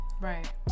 Right